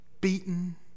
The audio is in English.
beaten